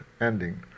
ending